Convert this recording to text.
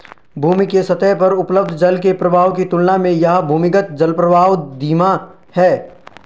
भूमि के सतह पर उपलब्ध जल के प्रवाह की तुलना में यह भूमिगत जलप्रवाह धीमा है